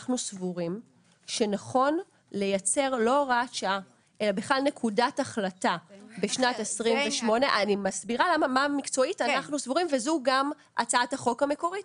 סבורים שנכון לייצר לא הוראת שעה אלא בכלל נקודת החלטה בשנת 2028. אני מסבירה מה מקצועית אנחנו סבורים וזו גם הצעת החוק המקורית.